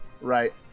Right